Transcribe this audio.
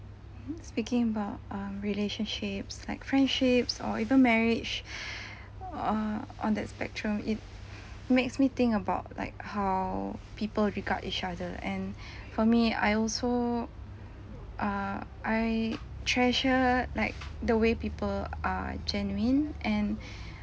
speaking about um relationships like friendships or even marriage uh on that's spectrum it makes me think about like how people regard each other and for me I also err I treasure like the way people are genuine and